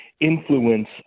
influence